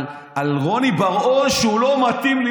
על רוני בר און שהוא לא מתאים.